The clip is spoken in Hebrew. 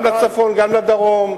גם לצפון, גם לדרום,